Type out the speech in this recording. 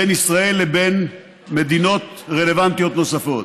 בין ישראל לבין מדינות רלוונטיות נוספות.